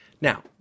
now